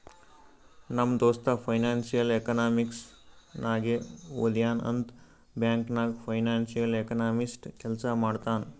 ನಮ್ ದೋಸ್ತ financial economics ನಾಗೆ ಓದ್ಯಾನ್ ಅಂತ್ ಬ್ಯಾಂಕ್ ನಾಗ್ ಫೈನಾನ್ಸಿಯಲ್ ಎಕನಾಮಿಸ್ಟ್ ಕೆಲ್ಸಾ ಮಾಡ್ತಾನ್